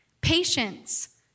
patience